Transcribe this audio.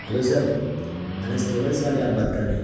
hello sir Anas travels والے آپ بات کر رہیں